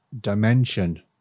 dimension